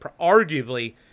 arguably